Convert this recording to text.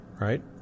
Right